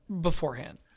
beforehand